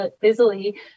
busily